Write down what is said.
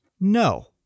No